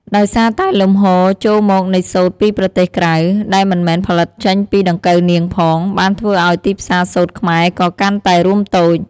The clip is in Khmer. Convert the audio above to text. ដោយសារតែលំហូរចូលមកនៃសូត្រពីប្រទេសក្រៅ ដែលមិនមែនផលិតចេញពីដង្កូវនាងផង បានធ្វើឲ្យទីផ្សារសូត្រខ្មែរក៏កាន់តែរួមតូច។